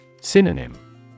Synonym